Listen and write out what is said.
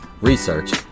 research